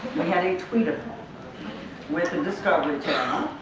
we had a tweet-a-thon with the discovery channel